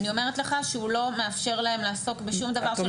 אני אומרת לך שהוא לא מאפשר להם לעסוק בשום דבר.